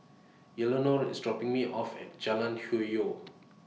IS dropping Me off At Jalan Hwi Yoh